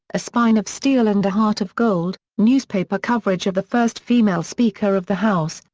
a spine of steel and a heart of gold newspaper coverage of the first female speaker of the house,